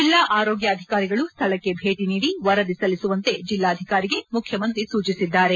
ಜೆಲ್ಲಾ ಆರೋಗ್ಗಾಧಿಕಾರಿಗಳು ಸ್ಥಳಕ್ಕೆ ಭೇಟಿ ನೀಡಿ ವರದಿ ಸಲ್ಲಿಸುವಂತೆ ಜೆಲ್ಲಾಧಿಕಾರಿಗೆ ಮುಖ್ಯಮಂತ್ರಿ ಸೂಚಿಸಿದ್ದಾರೆ